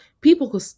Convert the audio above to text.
People